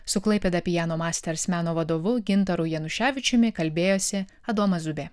su klaipėda piano masters meno vadovu gintaru januševičiumi kalbėjosi adomas zubė